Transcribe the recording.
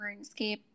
Runescape